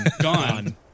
gone